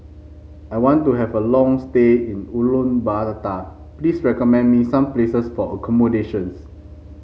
I want to have a long stay in Ulaanbaatar please recommend me some places for accommodations